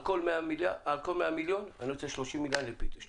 על כל 100 מיליון, אני רוצה 30 מיליון לפיתוח.